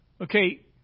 Okay